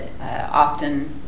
often